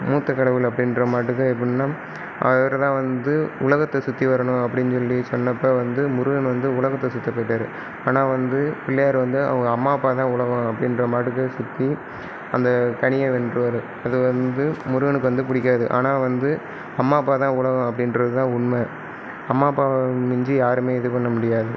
மூத்தக் கடவுள் அப்படின்ற மாட்டுக்கு எப்பன்னா அவர் தான் வந்து உலகத்தை சுற்றி வரணும் அப்படின் சொல்லி சொன்னப்போ வந்து முருகன் வந்து உலகத்தை சுற்ற போயிட்டார் ஆனால் வந்து பிள்ளையார் வந்து அவங்க அம்மா அப்பா தான் உலகம் அப்படின்ற மாட்டுக்கு சுற்றி அந்த கனியை வென்றுடுவாரு அது வந்து முருகனுக்கு வந்து பிடிக்காது ஆனால் வந்து அம்மா அப்பா தான் உலகம் அப்படின்றது தான் உண்மை அம்மா அப்பாவை மிஞ்சி யாருமே இதுப் பண்ண முடியாது